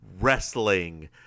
wrestling